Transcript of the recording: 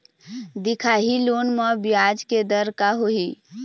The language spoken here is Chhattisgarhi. दिखाही लोन म ब्याज के दर का होही?